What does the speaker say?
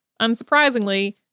unsurprisingly